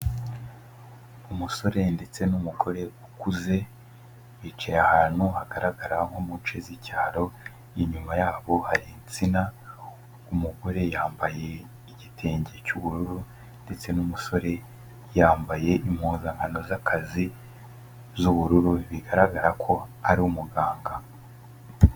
Umusore ndetse n'umugore ukuze, bicaye ahantu hagaragara nko munshe z'icyaro, inyuma yabo hari insina, umugore yambaye igitenge cy'ubururu ndetse n'umusore yambaye impuzankano z'akazi z'ubururu bigaragara ko ari umuganga.